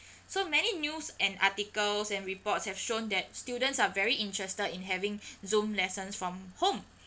so many news and articles and reports have shown that students are very interested in having zoom lessons from home